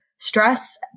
stress